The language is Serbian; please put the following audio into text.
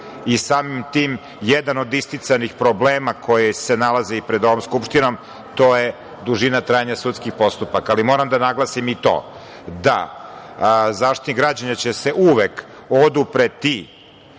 i samim tim jedan od isticanih problema koji se nalaze i pred ovom Skupštinom to je dužina trajanja sudskih postupaka. Moram da naglasim i to da Zaštitnik građana će se uvek odupreti